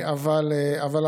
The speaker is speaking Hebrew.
בעצם,